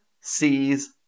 sees